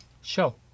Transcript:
Show